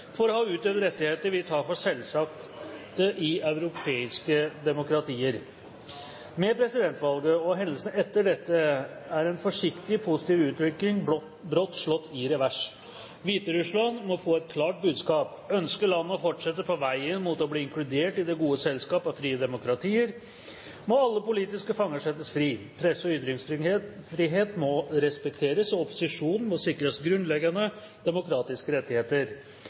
for å støtte en demokratisk utvikling i Hviterussland? Hviterussland må først og fremst få et krystallklart og konsistent budskap: Ønsker landet å fortsette på veien mot å bli inkludert i det gode selskap av frie demokratier, må alle politiske fanger settes fri. Presse- og ytringsfrihet må respekteres, og opposisjonen må sikres grunnleggende demokratiske rettigheter.